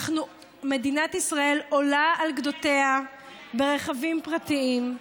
מדינת ישראל עולה על גדותיה ברכבים פרטיים.